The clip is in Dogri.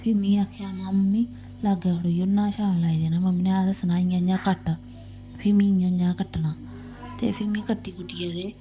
फ्ही मी आखेआ महां मम्मी लाग्गै खड़ोइयै उन्नै नशान लाई देना मम्मी ने दस्सना इ'यां इ'यां कट्ट फ्ही मी इ'यां इ'यां कट्टना ते फ्ही मी कट्टी कुट्टियै ते